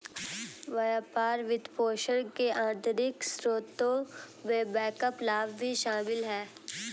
व्यापार वित्तपोषण के आंतरिक स्रोतों में बैकअप लाभ भी शामिल हैं